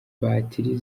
batiri